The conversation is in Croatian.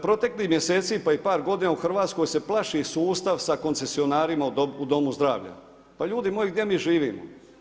Protekli mjeseci, pa i par godina u Hrvatskoj, se plaši sustav sa koncesionarima u Domu zdravlja, pa ljudi moji gdje mi živimo?